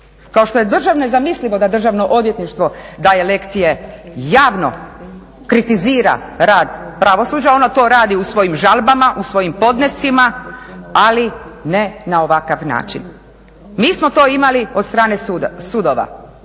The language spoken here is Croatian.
Kao što je nezamislivo da Državno odvjetništvo daje lekcije javno kritizira rad pravosuđa, ono to radi u svojim žalbama, u svojim podnescima, ali ne na ovakav način. Mi smo to imali od strane sudova.